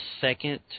second